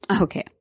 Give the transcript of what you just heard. Okay